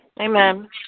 Amen